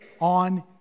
on